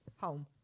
home